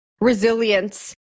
resilience